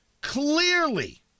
clearly